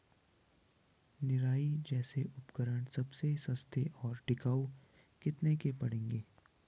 निराई जैसे उपकरण सबसे सस्ते और टिकाऊ कितने के पड़ेंगे?